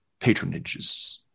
patronages